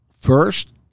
first